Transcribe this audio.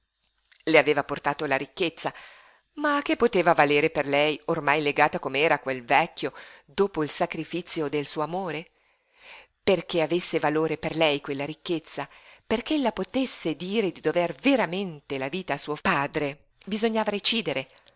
le aveva portato la ricchezza ma a che poteva valere per lei ormai legata com'era a quel vecchio dopo il sacrifizio del suo amore perché avesse valore per lei quella ricchezza perché ella potesse dire di dover veramente la vita a suo padre bisognava recidere